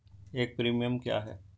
एक प्रीमियम क्या है?